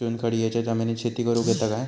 चुनखडीयेच्या जमिनीत शेती करुक येता काय?